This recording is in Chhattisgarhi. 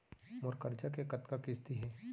मोर करजा के कतका किस्ती हे?